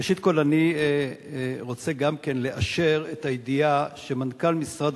ראשית כול אני רוצה גם כן לאשר את הידיעה שמנכ"ל משרד